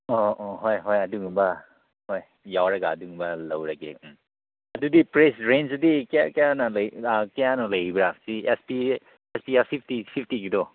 ꯑꯣ ꯑꯣ ꯍꯣꯏ ꯍꯣꯏ ꯑꯗꯨꯒꯨꯝꯕ ꯍꯣꯏ ꯌꯥꯎꯔꯒ ꯑꯗꯨꯒꯨꯝꯕ ꯂꯧꯔꯒꯦ ꯎꯝ ꯑꯗꯨꯗꯤ ꯄ꯭ꯔꯦꯁ ꯔꯦꯟꯁꯁꯤꯗꯤ ꯀꯌꯥ ꯀꯌꯥꯅ ꯂꯩꯕ꯭ꯔꯥ ꯑꯦꯁ ꯄꯤ ꯑꯦꯐ ꯐꯤꯐꯇꯤ ꯐꯤꯐꯇꯤꯒꯤꯗꯣ